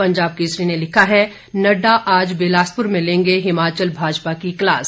पंजाब केसरी ने लिखा है नडडा आज बिलासपुर में लेंगे हिमाचल भाजपा की क्लास